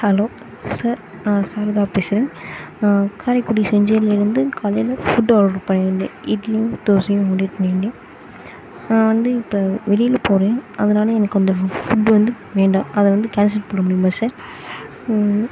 hello sir நான் சாரதா பேசுகிறேன் நான் காரைக்குடி செஞ்சேரிலேருந்து காலையில் ஃபுட்டு ஆட்ரு பண்ணியிருந்தேன் இட்லியும் தோசையும் ஆடர் பண்ணியிருந்தேன் நான் வந்து இப்போ வெளியில் போகிறேன் அதனால எனக்கு அந்த ஃபுட்டு வந்து வேண்டாம் அதை வந்து கேன்சல் பண்ண முடியுமா சார்